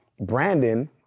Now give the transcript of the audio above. Brandon